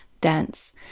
dense